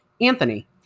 Anthony